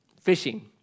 fishing